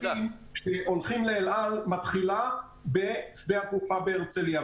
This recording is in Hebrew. הכשרת הטייסים שהולכים לאל על מתחילה בשדה התעופה בהרצליה.